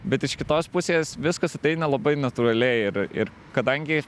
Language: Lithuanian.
bet iš kitos pusės viskas ateina labai natūraliai ir ir kadangi